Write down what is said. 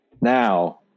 now